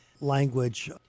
language